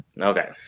Okay